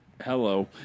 hello